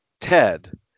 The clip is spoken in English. Ted